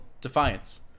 Defiance